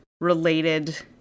related